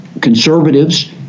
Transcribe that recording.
conservatives